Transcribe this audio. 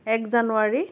এক জানুৱাৰী